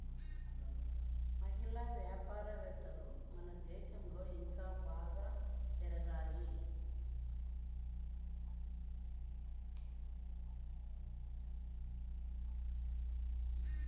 మహిళా వ్యాపారవేత్తలు మన దేశంలో ఇంకా బాగా పెరగాలి